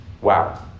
Wow